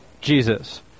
Jesus